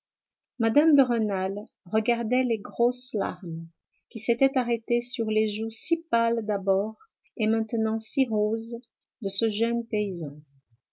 mme de rênal regardait les grosses larmes qui s'étaient arrêtées sur les joues si pâles d'abord et maintenant si roses de ce jeune paysan